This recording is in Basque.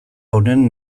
honen